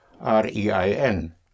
R-E-I-N